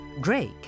Drake